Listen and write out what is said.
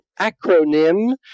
acronym